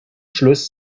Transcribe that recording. schluss